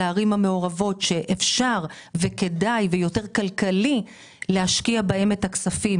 שאפשר וכדאי ויותר כלכלי להשקיע בהן את הכספים